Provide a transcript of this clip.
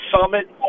Summit